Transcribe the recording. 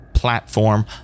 Platform